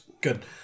good